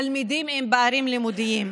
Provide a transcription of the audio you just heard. תלמידים עם פערים לימודיים,